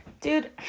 dude